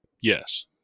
Yes